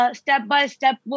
step-by-step